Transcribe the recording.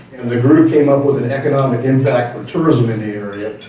and the group came up with an economic impact for tourism in the area,